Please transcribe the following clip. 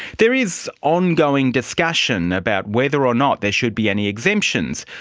there is ongoing discussion about whether or not there should be any exemptions,